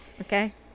Okay